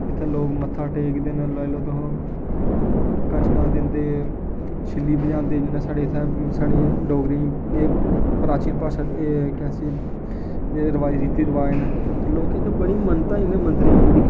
इ'त्थें लोग मत्था टेकदे लाई लैओ तुस कंजका दिंदे छिल्ली बजांदे क्योंकि साढ़े इ'त्थें साढ़ी डोगरी प्राचीन भाशा केह् आखदे इसी एह् रवाज़ रीति रवाज़ न लोकें ई ते बड़ी मनता ऐ मंदरे ई तुस दिक्खी लैओ